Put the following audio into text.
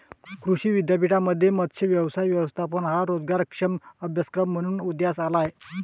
कृषी विद्यापीठांमध्ये मत्स्य व्यवसाय व्यवस्थापन हा रोजगारक्षम अभ्यासक्रम म्हणून उदयास आला आहे